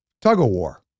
tug-of-war